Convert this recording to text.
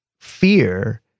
fear